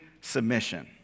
submission